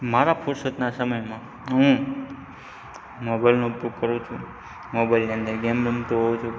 મારા ફુરસદના સમયમાં હું મોબાઈલનો ઉપયોગ કરું છું મોબાઈલની અંદર ગેમ રમતો હોઉં છું